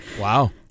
wow